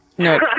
No